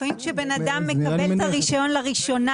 לפעמים כשבן אדם מקבל את הרישיון לראשונה,